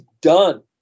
done